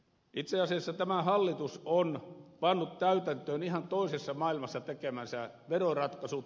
itse asiassa tämä hallitus on pannut täytäntöön ihan toisessa maailmassa tekemänsä veroratkaisut